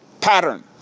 pattern